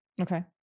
Okay